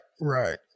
right